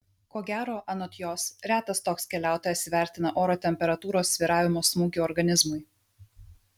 ko gero anot jos retas toks keliautojas įvertina oro temperatūros svyravimo smūgį organizmui